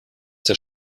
der